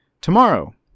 Tomorrow